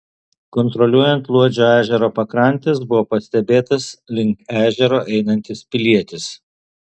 kontroliuojant luodžio ežero pakrantes buvo pastebėtas link ežero einantis pilietis